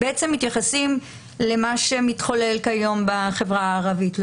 מתייחסים למה שמתחולל כיום בחברה הערבית,